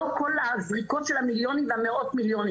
לא כל זריקות מיליונים ומאות מיליוני